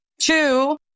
Two